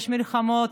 יש מלחמות,